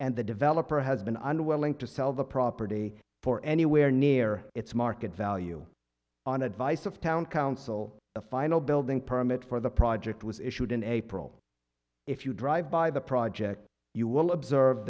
and the developer has been unwilling to sell the property for anywhere near its market value on advice of town council the final building permit for the project was issued in april if you drive by the project you will observe